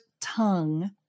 tongue